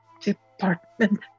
department